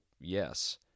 yes